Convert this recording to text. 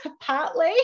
partly